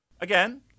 Again